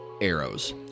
arrows